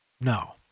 No